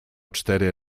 cztery